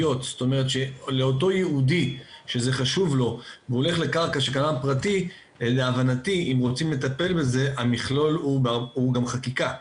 הייתה לי יום הולדת של אמא שלי,